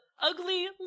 ugly